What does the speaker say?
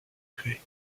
gré